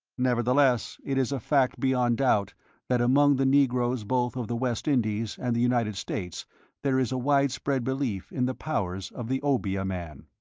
nevertheless, it is a fact beyond doubt that among the negroes both of the west indies and the united states there is a widespread belief in the powers of the obeah man.